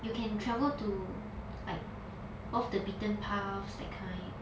you can travel to like off the beaten path that kind